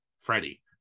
freddie